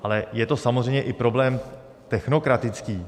Ale je to samozřejmě i problém technokratický.